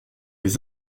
les